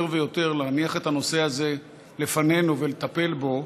יותר ויותר להניח את הנושא הזה לפנינו ולטפל בו,